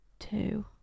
Two